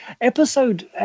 episode